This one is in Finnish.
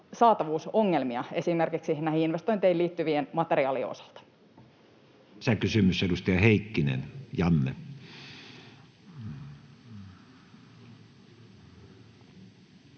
saatavuusongelmia esimerkiksi näihin investointeihin liittyvien materiaalien osalta. Lisäkysymys, edustaja Heikkinen Janne.